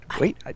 wait